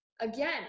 again